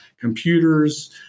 Computers